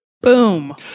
boom